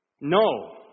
No